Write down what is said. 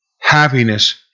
Happiness